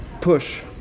push